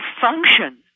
function